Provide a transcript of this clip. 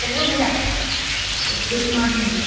hello madam good morning